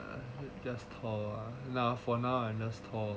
just tall ah for now just tall ah